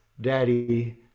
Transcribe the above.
daddy